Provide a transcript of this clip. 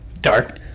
dark